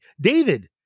David